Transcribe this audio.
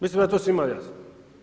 Mislim da je to svima jasno.